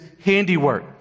handiwork